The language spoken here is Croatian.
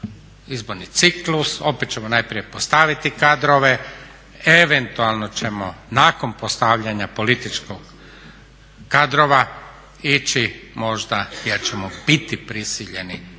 izborni ciklus. Opet ćemo najprije postaviti kadrove, eventualno ćemo nakon postavljanja političkog kadrova ići možda jer ćemo biti prisiljeni